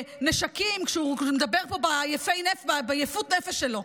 ונשקים כשהוא מדבר פה ביפות הנפש שלו.